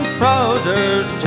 trousers